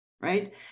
right